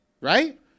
right